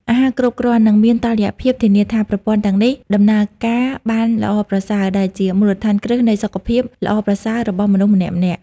អាហារគ្រប់គ្រាន់ និងមានតុល្យភាព ធានាថាប្រព័ន្ធទាំងនេះដំណើរការបានល្អប្រសើរ ដែលជា មូលដ្ឋានគ្រឹះនៃសុខភាព ល្អប្រសើររបស់មនុស្សម្នាក់ៗ។